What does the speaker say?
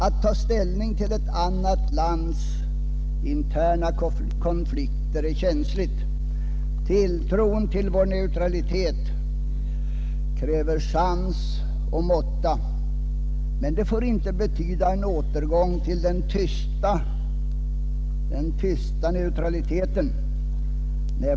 Att ta ställning till ett annat lands interna konflikter är känsligt. Tilltron till vår neutralitet kräver sans och måtta. Men det får inte betyda en återgång till den tysta neutraliteten.